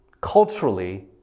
culturally